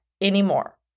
anymore